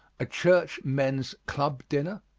a church men's club dinner.